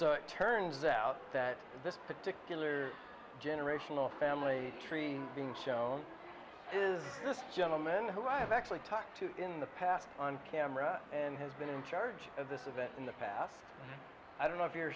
so it turns out that this particular generational family tree show is this gentleman who i have actually talked to in the past on camera and has been in charge of this event in the past i don't know if you